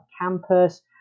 campus